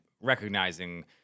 recognizing